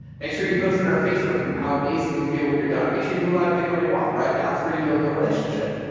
make sure you post in our facebook group, how amazing you feel when you're done. make sure you do a live video on your walk, right? that's where you build the relationship.